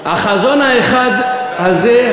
"החזון האחד הזה,